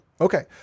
okay